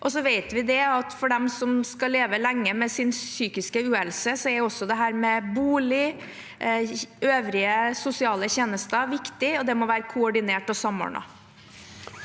for dem som skal leve lenge med sin psykiske uhelse, er også dette med bolig og øvrige sosiale tjenester viktig, og det må være koordinert og samordnet.